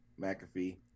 McAfee